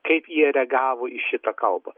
kaip jie reagavo į šitą kalbą